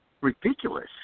ridiculous